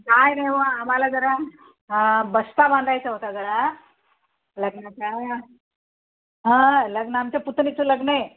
काय नाही हो आम्हाला जरा बस्ता बांधायचा होता जरा लग्नाचा हां लग्न आमच्या पुतणीचं लग्न आहे